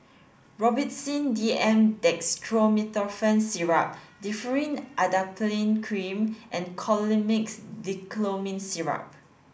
Robitussin D M Dextromethorphan Syrup Differin Adapalene Cream and Colimix Dicyclomine Syrup